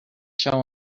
show